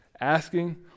Asking